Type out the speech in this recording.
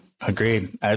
agreed